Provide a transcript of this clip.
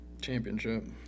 Championship